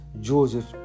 Joseph